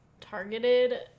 targeted